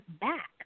back